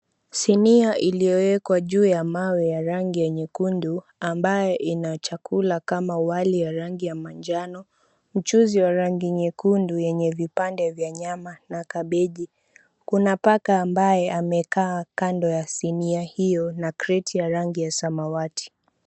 Sinia iliyowekwa juu ya mawe ya rangi ya nyekundu ambayo ina chakula kama wali ya rangi ya manjano, mchuuzi wa rangi nyekundu yenye vipande vya nyama na kabeji, kuna paka ambae amekaa kando ya sinia hiyo na kreti ya rangi ya samawati.